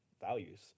values